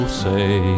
say